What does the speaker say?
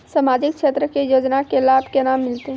समाजिक क्षेत्र के योजना के लाभ केना मिलतै?